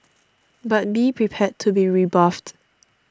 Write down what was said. but be prepared to be rebuffed